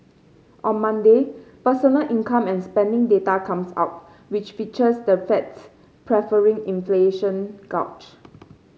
on Monday personal income and spending data comes out which features the Fed's preferred inflation gauge